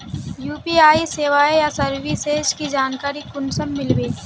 UPI सेवाएँ या services की जानकारी कुंसम मिलबे?